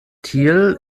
tiel